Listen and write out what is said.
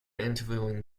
interviewing